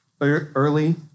early